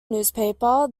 newspaper